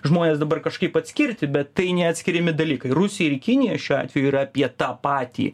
žmonės dabar kažkaip atskirti bet tai neatskiriami dalykai rusija ir kinija šiuo atveju yra apie tą patį